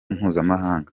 mpuzamahanga